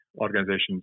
organizations